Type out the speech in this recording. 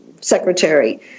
secretary